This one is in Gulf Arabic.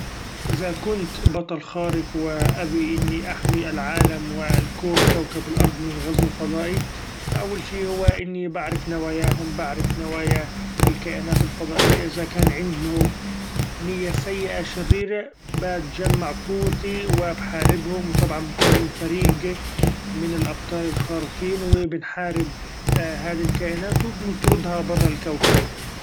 إذا كنت بطل خارق وابي إني احمي العالم و الكون كوكب الارض من غزو فضائي ، فأول شي هو إني بعرف نوأياهم بعرف نوأيا الكائنات الفضائية إذا كان عندهم نية سيئة شريرة بتچمع قوتي وبحاربهم ، وطبعا بكون فريق من الابطال الخارقين وبنحارب هذي الكائنات وبنطردها برا الكوكب.